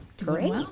Great